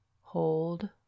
hold